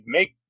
Make